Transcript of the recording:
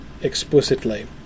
explicitly